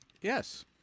yes